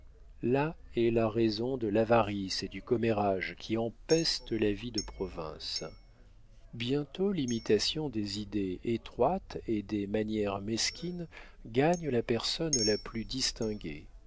là est la raison de l'avarice et du commérage qui empestent la vie de province bientôt l'imitation des idées étroites et des manières mesquines gagne la personne la plus distinguée